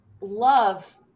love